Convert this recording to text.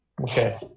okay